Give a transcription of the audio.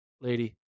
lady